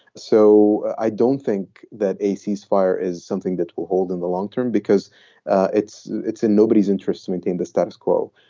so i don't think that a cease fire is something that will hold in the long term because it's it's in nobody's interest to maintain the status quo.